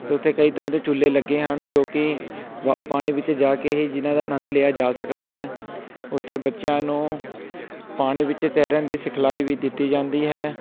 ਅਤੇ ਉੱਥੇ ਕਈ ਤਰ੍ਹਾਂ ਦੇ ਝੂਲੇ ਲੱਗੇ ਹਨ ਜੋ ਕਿ ਵਾ ਪਾਣੀ ਵਿੱਚ ਜਾ ਕੇ ਹੀ ਜਿਨ੍ਹਾਂ ਦਾ ਆਨੰਦ ਲਿਆ ਜਾ ਸਕਦਾ ਹੈ ਉੱਥੇ ਬੱਚਿਆਂ ਨੂੰ ਪਾਣੀ ਵਿੱਚ ਤੈਰਨ ਦੀ ਸਿਖਲਾਈ ਵੀ ਦਿੱਤੀ ਜਾਂਦੀ ਹੈ